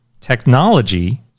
technology